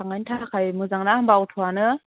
थांनायनि थाखाय मोजां ना होमबा अट'आनो